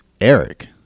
Eric